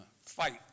fight